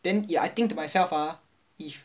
then ya I think to myself ah if